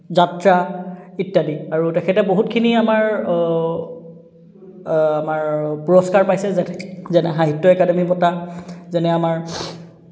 যাত্ৰা ইত্যাদি আৰু তেখেতে বহুতখিনি আমাৰ আমাৰ পুৰস্কাৰ পাইছে যেনে সাহিত্য একাডেমী বটা যেনে আমাৰ